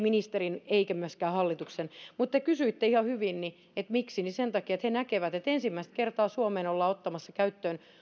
ministerin eikä myöskään hallituksen mutta te kysyitte ihan hyvin että miksi niin sen takia että he näkevät että ensimmäistä kertaa suomessa ollaan ottamassa käyttöön